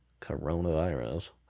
coronavirus